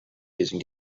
using